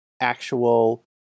actual